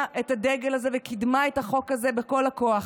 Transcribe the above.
את הדגל הזה וקידמה את החוק הזה בכל הכוח,